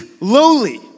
lowly